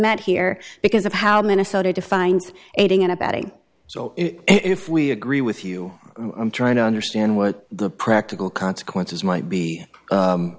met here because of how minnesota defines aiding and abetting so if we agree with you i'm trying to understand what the practical consequences might be